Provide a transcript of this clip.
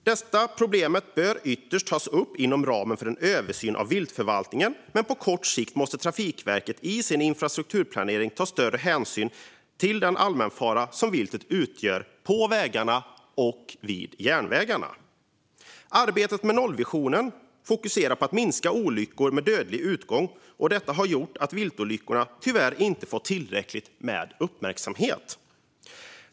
Detta problem bör ytterst tas upp inom ramen för en översyn av viltförvaltningen, men på kort sikt måste Trafikverket i sin infrastrukturplanering ta större hänsyn till den allmänfara som viltet utgör på vägar och järnvägar. Arbetet med nollvisionen fokuserar på att minska olyckor med dödlig utgång, och detta har gjort att viltolyckorna inte har fått tillräcklig uppmärksamhet.